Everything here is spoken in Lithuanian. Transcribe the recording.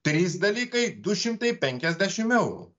trys dalykai du šimtai penkiasdešimt eurų